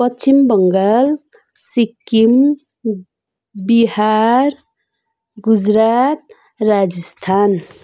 Paschim Bangal Sikkim Bihar Gujarat Rajasthan